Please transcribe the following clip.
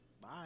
bye